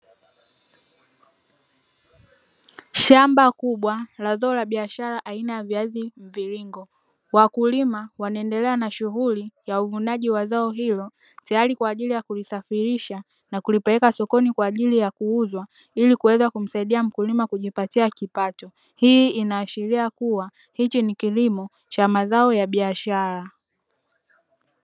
Shamba kubwa la zao la biashara aina ya viazi mviringo, wakulima wanaendelea na shughuli ya uvunaji wa zao hilo tayari kwa ajili ya kulisafirisha na kulipeleka sokoni kwa ajili ya kuuzwa ili kuweza kumsaidia mkulima kujipatia kipato. Hii inaashiria kuwa hichi ni kilimo cha mazao ya biashara.